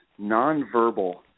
nonverbal